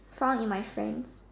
found in my friend